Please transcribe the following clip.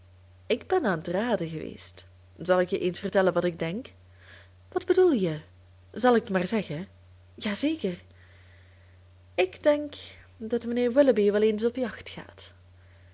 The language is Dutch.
ik ben aan t raden geweest zal ik je eens vertellen wat ik denk wat bedoel je zal ik t maar zeggen ja zeker ik denk dat mijnheer willoughby wel eens op de jacht gaat